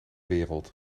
wereld